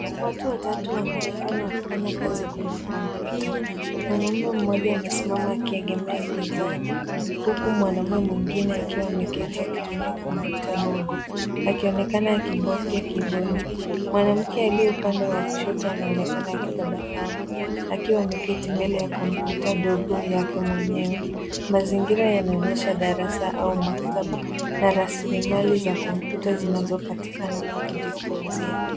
Watu watatu wanaonekana wakifanya kazi kwenye kompyuta. Mwanamume mmoja amesimama akiegemea mezani huku mwanamume mwengine akiwa ameketi akitumia kompyuta ndogo, akionekana akibofya kibodi. Mwanamke aliye upande wa kushoto anaonekana akitabasamu akiwa ameketi mbele ya kompyuta ndogo yake mwenyewe. Mazingira yanaonyesha darasa au maktaba na rasilimali za kompyuta zinazopatikana pa kujifunzia.